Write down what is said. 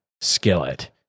Skillet